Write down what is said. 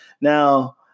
Now